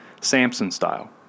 Samson-style